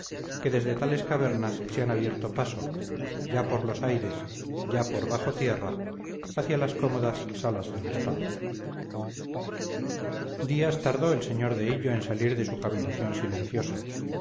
que desde tales cavernas se han abierto paso ya por los aires ya por bajo tierra hacia las cómodas salas del estado días tardó el sr de hillo en salir de su cavilación silenciosa